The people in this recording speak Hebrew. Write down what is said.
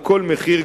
בכל מחיר,